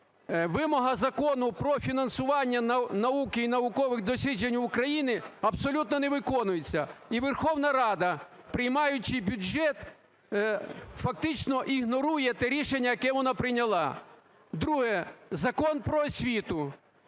Вимога закону про фінансування науки і наукових досліджень в Україні абсолютно не виконується. І Верховна Рада, приймаючи бюджет, фактично ігнорує те рішення, яке вона прийняла. Друге. Закон "Про освіту",